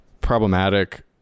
problematic